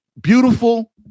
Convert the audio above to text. beautiful